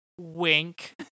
Wink